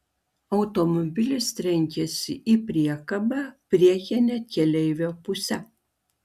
automobilis trenkėsi į priekabą priekine keleivio puse